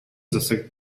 засаг